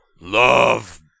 love